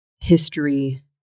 history